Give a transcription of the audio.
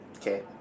okay